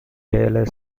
taylor